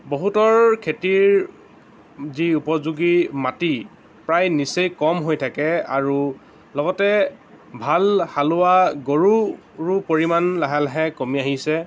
বহুতৰ খেতিৰ যি উপযোগী মাটি প্ৰায় নিচেই কম হৈ থাকে আৰু লগতে ভাল হালোৱা গৰুৰো পৰিমাণ লাহে লাহে কমি আহিছে